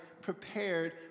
prepared